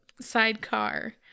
sidecar